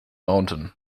mountain